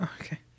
okay